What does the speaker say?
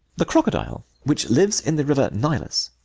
the crocodile, which lives in the river nilus,